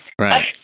right